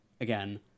again